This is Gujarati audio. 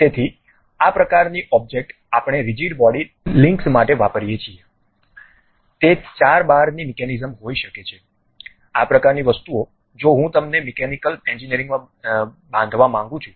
તેથી આ પ્રકારની ઑબ્જેક્ટ આપણે રિજિડ બોડી લિંક્સ માટે વાપરીએ છીએ તે ચાર બારની મિકેનિઝમ હોઈ શકે છે આ પ્રકારની વસ્તુઓ જો હું તેમને મિકેનિકલ એન્જિનિયરિંગમાં બાંધવા માંગું છું